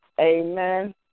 Amen